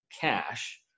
cash